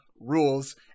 rules